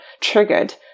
triggered